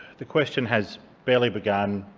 the question has barely begun.